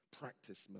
Practice